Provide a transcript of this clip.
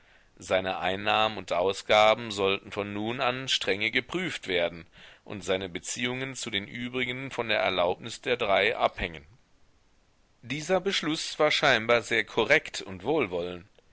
seine einnahmen und ausgaben sollten von nun an strenge geprüft werden und seine beziehungen zu den übrigen von der erlaubnis der drei abhängen dieser beschluß war scheinbar sehr korrekt und wohlwollend